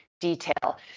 detail